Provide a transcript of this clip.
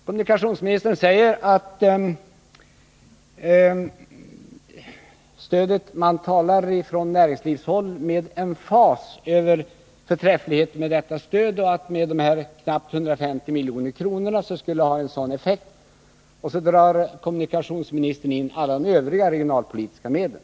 Kommunikationsministern säger att man från näringslivshåll talar med emfas om det förträffliga med detta stöd och att dessa knappt 150 miljoner skulle ha en stor effekt, och så drar kommunikationsministern in alla övriga regionalpolitiska medel.